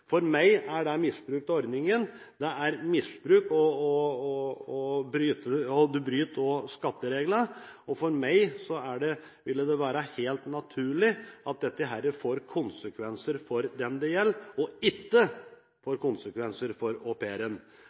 For meg er det misbruk av ordningen. Det er misbruk, og man bryter også skattereglene. For meg ville det være helt naturlig at dette fikk konsekvenser for den det gjelder – ikke konsekvenser for